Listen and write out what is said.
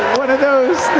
those